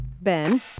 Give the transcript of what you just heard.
Ben